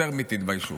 יותר מתתביישו.